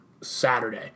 Saturday